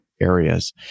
areas